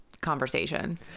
conversation